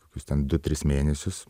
kokius ten du tris mėnesius